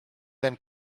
then